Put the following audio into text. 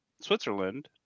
Switzerland